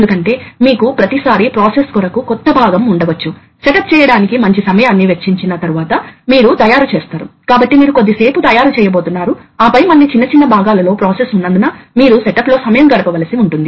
కాబట్టి మీరు ఆబ్జెక్ట్ కొలతలు బట్టి అవసరమైన క్లేమ్పింగ్ ఫోర్స్ పొందే స్ట్రోక్ ఆబ్జెక్ట్ యొక్క పరిమాణంపై ఆధారపడి ఉంటుందని మీరు చూడవచ్చు